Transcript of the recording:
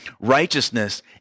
Righteousness